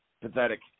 Pathetic